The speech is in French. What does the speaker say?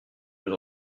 nous